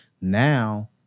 now